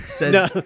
no